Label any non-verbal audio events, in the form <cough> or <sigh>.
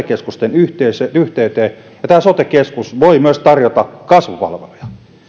<unintelligible> keskusten yhteyteen ja tämä sote keskus voi myös tarjota kasvupalveluja